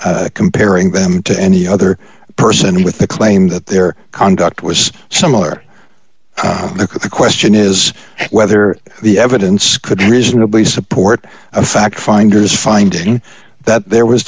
comparing them to any other person with the claim that their conduct was similar look at the question is whether the evidence could reasonably support a fact finders finding that there was